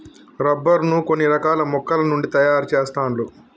rubber ను కొన్ని రకాల మొక్కల నుండి తాయారు చెస్తాండ్లు